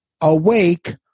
Awake